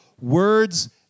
Words